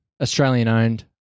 Australian-owned